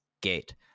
Gate